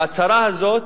ההצהרה הזאת,